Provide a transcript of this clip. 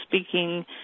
speaking